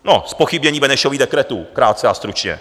No, zpochybnění Benešových dekretů, krátce a stručně.